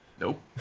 nope